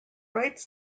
rights